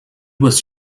was